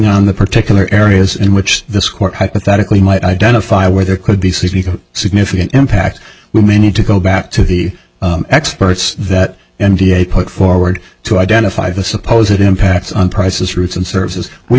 on the particular areas in which this court hypothetically might identify where there could be significant impact we may need to go back to the experts that n t a put forward to identify the suppose it impacts on prices routes and services we